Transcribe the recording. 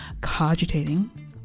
cogitating